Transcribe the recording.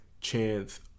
chance